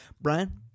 Brian